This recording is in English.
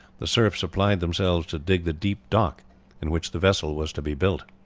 the serfs applied themselves to dig the deep dock in which the vessel was to be built.